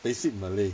basic malay